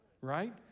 right